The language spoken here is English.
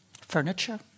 furniture